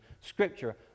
scripture